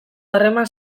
harreman